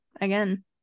again